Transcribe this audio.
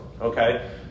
okay